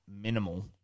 minimal